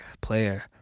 player